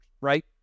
right